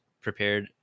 prepared